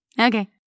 okay